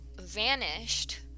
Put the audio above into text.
vanished